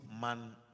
man